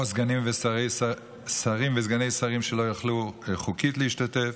או שרים וסגני שרים שלא יכלו חוקית להשתתף,